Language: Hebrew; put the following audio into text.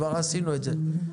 כבר עשינו את זה.